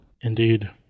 Indeed